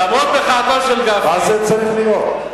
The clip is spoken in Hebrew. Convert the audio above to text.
למרות מחאתו של גפני, מה זה צריך להיות?